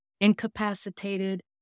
incapacitated